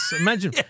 Imagine